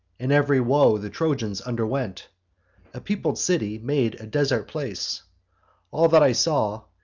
and ev'ry woe the trojans underwent a peopled city made a desart place all that i saw,